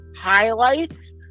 highlights